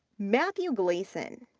matthew gleason,